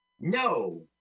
No